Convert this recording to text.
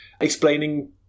explaining